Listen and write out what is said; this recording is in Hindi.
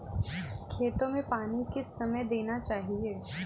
खेतों में पानी किस समय देना चाहिए?